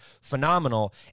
phenomenal